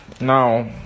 Now